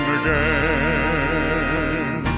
again